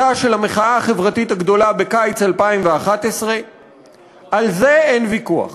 המחאה החברתית הגדולה בקיץ 2011. על זה אין ויכוח.